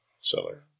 Seller